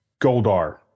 Goldar